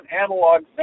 analog